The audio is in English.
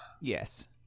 Yes